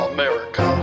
America